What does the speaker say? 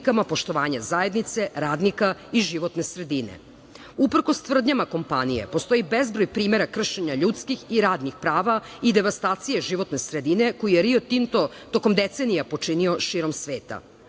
poštovanja zajednice, radnika i životne sredine. Uprkos tvrdnjama kompanije, postoji bezbroj primera kršenja ljudskih i radnih prava i devastacije životne sredine koju je Rio Tinto tokom decenija počinio širom sveta.